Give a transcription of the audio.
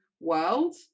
world